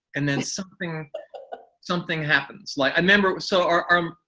and then something something happens, like i remember, so our. um